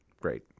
Great